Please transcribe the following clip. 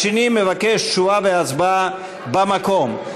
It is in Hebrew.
והאחר מבקש תשובה והצבעה במקום.